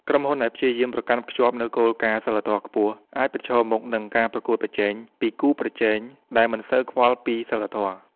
ក្រុមហ៊ុនដែលព្យាយាមប្រកាន់ខ្ជាប់នូវគោលការណ៍សីលធម៌ខ្ពស់ អាចប្រឈមមុខនឹងការប្រកួតប្រជែងពី គូប្រជែងដែលមិនសូវខ្វល់ពីសីលធម៌។